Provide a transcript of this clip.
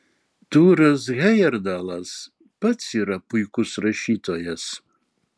tūras hejerdalas pats yra puikus rašytojas